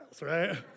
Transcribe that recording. right